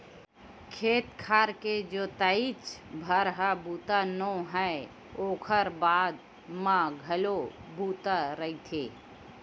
खेत खार के जोतइच भर ह बूता नो हय ओखर बाद म घलो बूता रहिथे